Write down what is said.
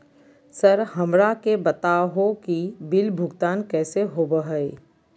Sir हमरा के बता हो कि बिल भुगतान कैसे होबो है?